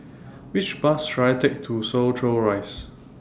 Which Bus should I Take to Soo Chow Rise